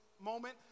moment